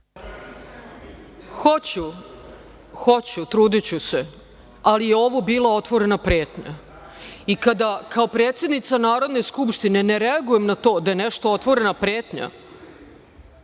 Hoću, trudiću se, ali ovo je bila otvorena pretnja i kada kao predsednica Narodne skupštine ne reagujem na to da je nešto otvorena pretnja,